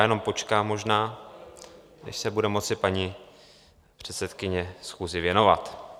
Jenom počkám možná, až se bude moci paní předsedkyně schůzi věnovat.